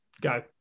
Go